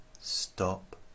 stop